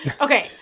Okay